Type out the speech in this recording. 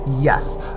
yes